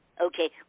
Okay